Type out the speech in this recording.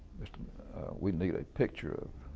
we need a picture of